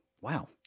Wow